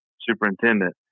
superintendent